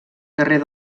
carrer